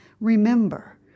Remember